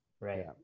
right